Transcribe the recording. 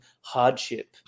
hardship